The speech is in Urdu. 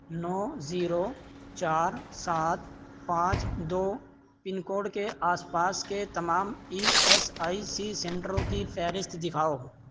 نو زیرو چار سات پانچ دو پن کوڈ کے آس پاس کے تمام ای ایس آئی سی سینٹروں کی فہرست دکھاؤ